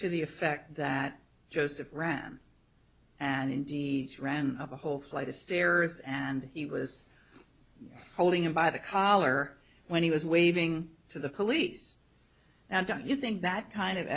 to the effect that joseph ran an indie ran up a whole flight of stairs and he was holding him by the collar when he was waving to the police now don't you think that kind of